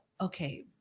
Okay